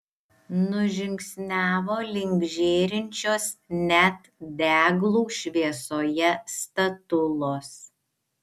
nužingsniavo link žėrinčios net deglų šviesoje statulos